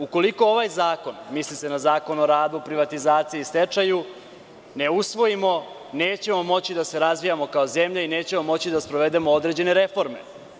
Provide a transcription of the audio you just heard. Ukoliko ovaj zakon, misli se na Zakon o radu, privatizaciji i stečaju, ne usvojimo, nećemo moći da se razvijamo kao zemlja i nećemo moći da sprovedemo određene reforme.